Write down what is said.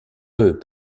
eux